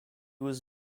was